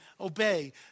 obey